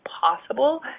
possible